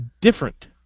different